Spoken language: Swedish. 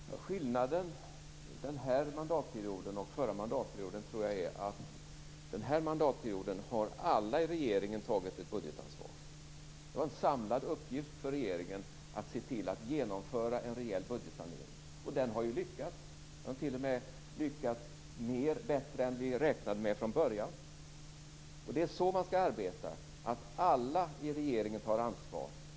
Fru talman! Skillnaden mellan den här mandatperioden och den förra mandatperioden tror jag är att alla i regeringen under den här mandatperioden har tagit ett budgetansvar. Det har varit en samlad uppgift för regeringen att se till att genomföra en rejäl budgetsanering, och den har ju lyckats. Den har t.o.m. lyckats bättre än vi räknade med från början. Det är så man skall arbeta, att alla i regeringen tar ansvar.